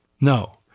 No